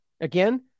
again